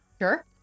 sure